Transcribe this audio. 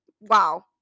wow